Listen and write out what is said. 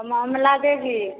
हम अमला देवी